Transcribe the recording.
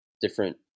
different